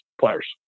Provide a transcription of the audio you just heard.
players